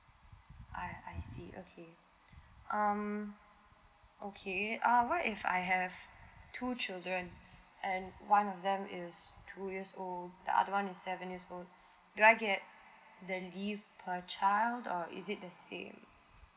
ah I see okay um okay um what if I have two children and one of them is two years old the other one is seven years old do I get the leave per child or is it the same